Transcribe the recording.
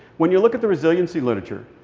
when you look at the resiliency literature,